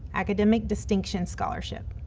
academic distinction scholarship.